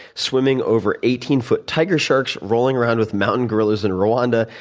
swimming over eighteen foot tiger sharks, rolling around with mountain gorillas in rwanda,